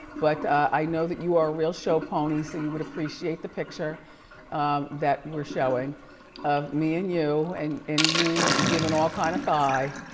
but i know that you are a real show pony, so you would appreciate the picture that we're showing of me and you, and you giving all kind of thigh.